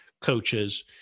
coaches